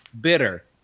bitter